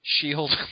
Shield